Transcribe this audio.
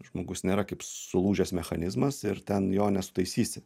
žmogus nėra kaip sulūžęs mechanizmas ir ten jo nesutaisysi